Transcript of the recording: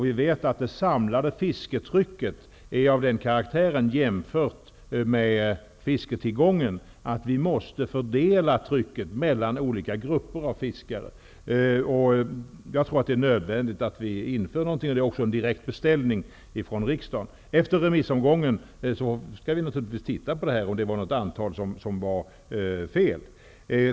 Vi vet att det samlade fisketrycket jämfört med fisketillgången är av den karaktären att vi måste fördela trycket mellan olika grupper av fiskare. Det är nödvändigt att vi inför några restriktioner på detta område. Det är också en direkt beställning från riksdagen. Efter remissomgången skall vi naturligtvis titta på detta och se om det är något antal som är fel.